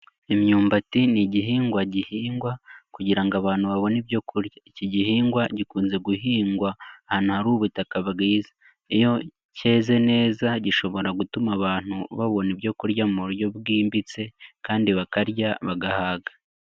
Imyumbati ni igihingwa gihingwa kugira ngo abantu babone ibyo kurya. Iki gihingwa gikunze guhingwa ahantu hari ubutaka bwiza, iyo cyeze neza gishobora gutuma abantu babona ibyo kurya mu buryo bwimbitse, kandi bakarya bagahaga.